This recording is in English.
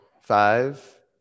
Five